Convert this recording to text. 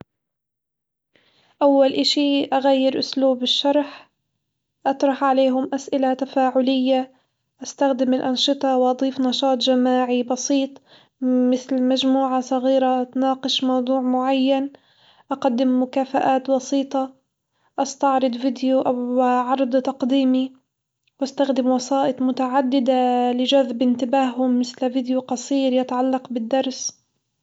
أول إشي أغير أسلوب الشرح، أطرح عليهم أسئلة تفاعلية أستخدم الأنشطة وأضيف نشاط جماعي بسيط، مثل مجموعة صغيرة تناقش موضوع معين، أقدم مكافآت بسيطة أستعرض فيديو أو عرض تقديمي، واستخدم وثائق متعددة لجذب انتباههم مثل فيديو قصير يتعلق بالدرس.